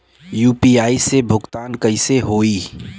UPI से भुगतान कइसे होहीं?